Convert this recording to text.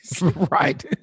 Right